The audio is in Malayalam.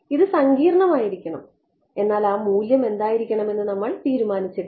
ഇത് സങ്കീർണ്ണമായിരിക്കണം എന്നാൽ ആ മൂല്യം എന്തായിരിക്കണമെന്ന് നമ്മൾ തീരുമാനിച്ചിട്ടില്ല